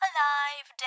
Alive